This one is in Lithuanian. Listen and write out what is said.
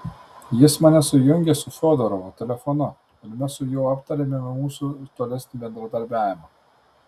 jis mane sujungė su fiodorovu telefonu ir mes su juo aptarėme mūsų tolesnį bendradarbiavimą